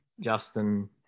Justin